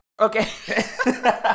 Okay